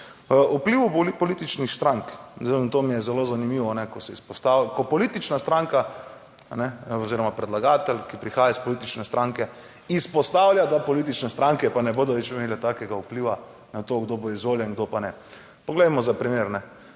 Vplivu političnih strank in to mi je zelo zanimivo, ko se izpostavi, ko politična stranka oziroma predlagatelj, ki prihaja iz politične stranke, izpostavlja, da politične stranke pa ne bodo več imele takega vpliva na to kdo bo izvoljen, kdo pa ne. Poglejmo za primer,